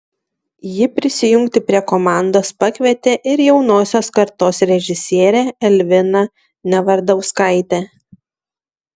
ji prisijungti prie komandos pakvietė ir jaunosios kartos režisierę elviną nevardauskaitę